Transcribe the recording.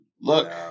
Look